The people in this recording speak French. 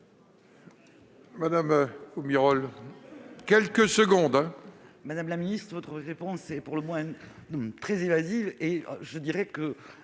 Madame la ministre, votre réponse est pour le moins très évasive